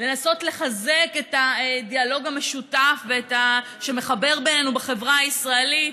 לנסות לחזק את הדיאלוג המשותף שמחבר בינינו בחברה הישראלית,